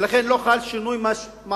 ולכן לא חל שינוי משמעותי